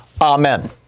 Amen